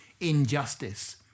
injustice